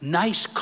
nice